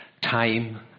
time